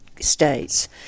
States